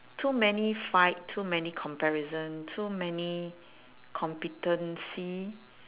too many fight too many comparison too many competency